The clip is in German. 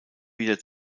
wieder